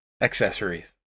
accessories